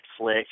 Netflix